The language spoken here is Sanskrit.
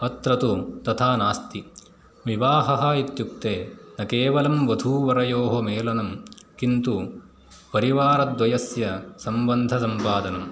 अत्र तु तथा नास्ति विवाहः इत्युक्ते न केवलं वधूवरयोः मेलनं किन्तु परिवारद्वयस्य सम्बन्धसम्पादनं